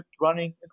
running